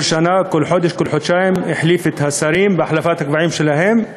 כל שנה, כל חודש, כל חודשיים, בהחלפת הגבהים שלהם.